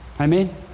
Amen